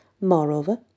Moreover